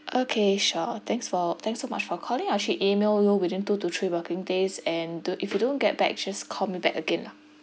okay sure thanks for thank so much for calling I'll actually email you within two to three working days and the if you don't get back just call me back again lah